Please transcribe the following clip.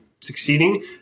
succeeding